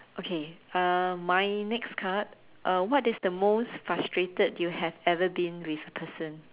okay uh my next card uh what is the most frustrated you have ever been with a person